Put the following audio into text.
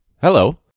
hello